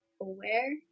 aware